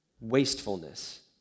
wastefulness